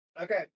okay